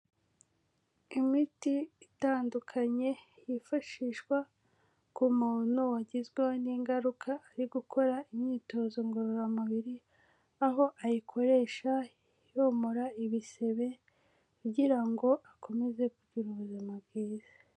Imiti itandukanye yifashishwa ku muntu wagizweho n'ingaruka ari gukora imyitozo ngororamubiri, aho ayikoresha yomora ibisebe kugira ngo akomeze kugira ubuzima bwiza.